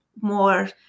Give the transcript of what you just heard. more